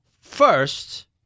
first